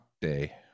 day